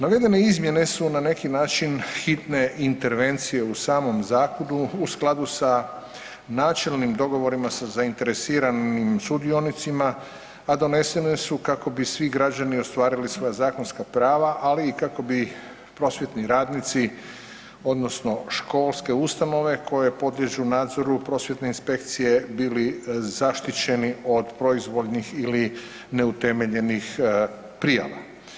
Navedene izmjene su na neki način hitne intervencije u samom zakonu u skladu sa načelnim dogovorima sa zainteresiranim sudionicima, a donesene su kako bi svi građani ostvarili svoja zakonska prava, ali i kako bi prosvjetni radnici odnosno školske ustanove koje podliježu nadzoru prosvjetne inspekcije bili zaštićeni od proizvoljnih ili neutemeljenih prijava.